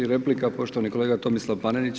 Replika poštovani kolega Tomislav Panenić.